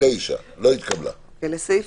בסעיף